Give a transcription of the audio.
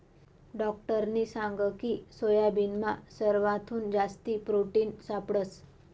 डाक्टरनी सांगकी सोयाबीनमा सरवाथून जास्ती प्रोटिन सापडंस